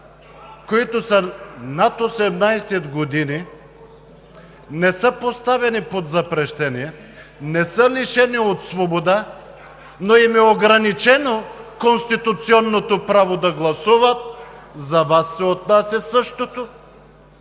които са над 18 години, не са поставени под запрещение, не са лишени от свобода, но им е ограничено конституционното право да гласуват? За Вас се отнася същото.